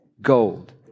Gold